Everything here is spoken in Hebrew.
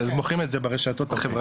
מוכרים את הזה ברשתות החברתיות,